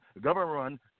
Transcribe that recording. government